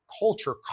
culture